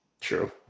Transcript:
True